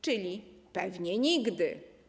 Czyli pewnie nigdy.